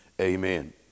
Amen